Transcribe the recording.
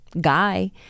guy